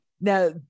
now